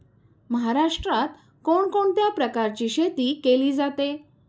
महाराष्ट्रात कोण कोणत्या प्रकारची शेती केली जाते?